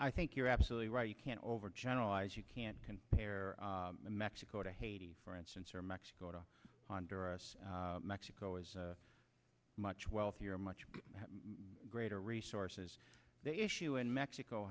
think you're absolutely right you can't overgeneralize you can't compare mexico to haiti for instance or mexico to honduras mexico is much wealthier much greater resources the issue in mexico